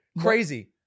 Crazy